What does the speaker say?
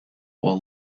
while